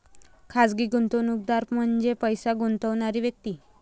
खाजगी गुंतवणूकदार म्हणजे पैसे गुंतवणारी व्यक्ती